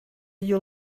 you